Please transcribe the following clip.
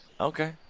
okay